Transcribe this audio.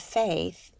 faith